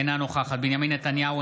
אינה נוכחת בנימין נתניהו,